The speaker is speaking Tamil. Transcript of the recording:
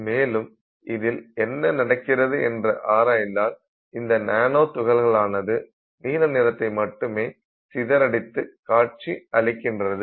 மேலும் இதில் என்ன நடக்கிறது என்று ஆராய்ந்தால் இந்த நானோ துகள்கள் ஆனது நீல நிறத்தை மட்டும் சிதறடித்து காட்சியளிக்கின்றது